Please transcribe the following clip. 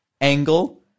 angle